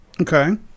okay